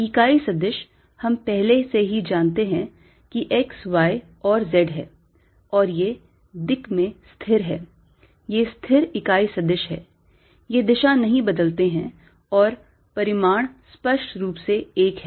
इकाई सदिश हम पहले से ही जानते हैं कि x y और z हैं और ये दिक् में स्थिर हैं ये स्थिर इकाई सदिश हैं ये दिशा नहीं बदलते हैं और परिमाण स्पष्ट रूप से 1 है